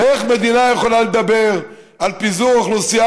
איך מדינה יכולה לדבר על פיזור אוכלוסייה